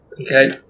Okay